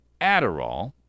Adderall